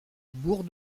bourg